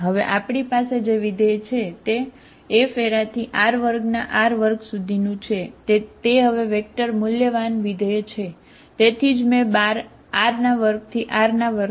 આ બિન શૂન્ય છે તે F R2R2 છે તે હવે વેક્ટર મૂલ્યવાન R2R2 મૂક્યો બરાબર